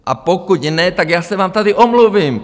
A pokud ne, tak já se vám tady omluvím.